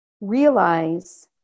realize